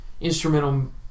instrumental